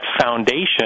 foundation